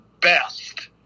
best